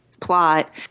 Plot